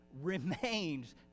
remains